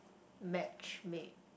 match made